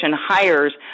hires